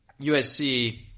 USC